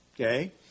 Okay